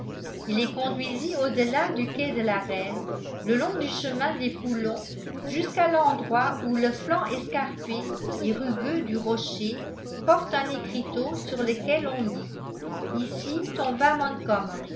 il les conduisit au-delà du quai de la reine le long du chemin des foulons jusqu'à l'endroit où le flanc escarpé et rugueux du rocher porte un écriteau sur lequel on lit ici tomba